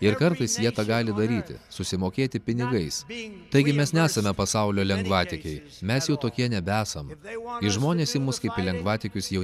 ir kartais jie tą gali daryti susimokėti pinigais taigi mes nesame pasaulio lengvatikiai mes jau tokie nebesam ir žmonės į mus kaip į lengvatikius jau